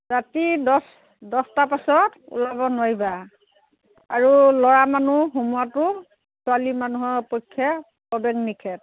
ৰাতি দহ দহটা পাছত ওলাব নোৱাৰিবা আৰু ল'ৰা মানুহ সোমোৱাতো ছোৱালী মানুহৰ পক্ষে প্ৰৱেশ নিষেধ